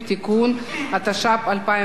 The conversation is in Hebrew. התשע"ב 2012,